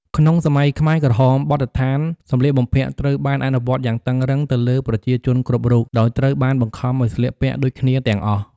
ក្នុងសម័យខ្មែរក្រហម បទដ្ឋានសម្លៀកបំពាក់ត្រូវបានអនុវត្តយ៉ាងតឹងរ៉ឹងទៅលើប្រជាជនគ្រប់រូប ដោយត្រូវបានបង្ខំឲ្យស្លៀកពាក់ដូចគ្នាទាំងអស់។